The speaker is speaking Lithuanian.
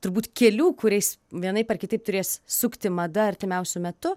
turbūt kelių kuriais vienaip ar kitaip turės sukti mada artimiausiu metu